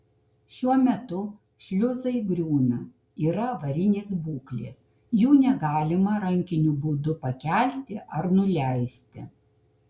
šiuo metu šliuzai griūna yra avarinės būklės jų negalima rankiniu būdu pakelti ar nuleisti